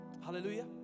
Hallelujah